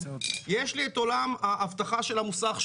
יש לי את עולם האבטחה של המוסך,